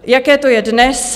Jaké to je dnes?